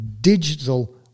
digital